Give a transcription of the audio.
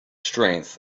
strength